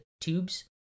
tubes